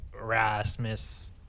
Rasmus